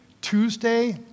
Tuesday